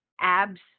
abs